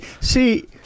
see